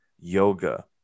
yoga